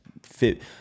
fit